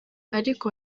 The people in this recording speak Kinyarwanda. ariko